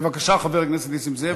בבקשה, חבר הכנסת נסים זאב,